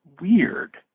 weird